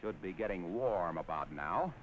should be getting warm about now